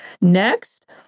Next